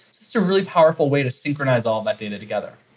it's a really powerful way to synchronize all that data together.